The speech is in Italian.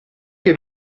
che